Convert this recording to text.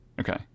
okay